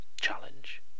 challenge